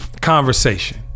conversation